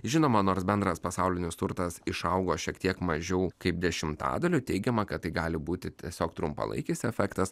žinoma nors bendras pasaulinis turtas išaugo šiek tiek mažiau kaip dešimtadaliu teigiama kad tai gali būti tiesiog trumpalaikis efektas